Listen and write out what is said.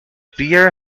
beer